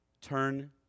turn